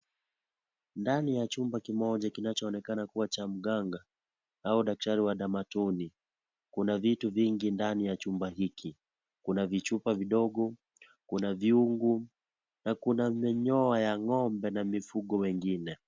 Ndani ya chumba kimoja kinachoonekana kuwa cha mganga, au daktari wa damatoni. Kuna vitu vingi ndani ya chumba hiki, Kuna vichupa vidogo, kuna vyungu na kuna manyoya ya ngombe na mifugo wengine.